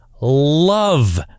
love